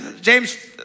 James